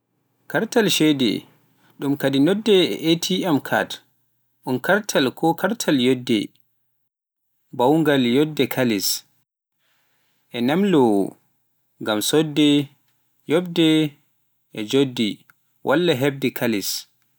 Kaartal shede, ɗum kadi noddi e derewaal ATM, un kaartal ko kaartal yoɓde, baawngal yoɓde kaalis e ñamloowo (banke walla njuɓɓudi kaalis) ngam soodde, yoɓde njoɓdi, walla heɓde kaalis.